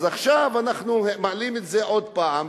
אז עכשיו אנחנו מעלים את זה עוד פעם,